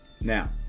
Now